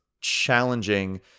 challenging